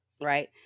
Right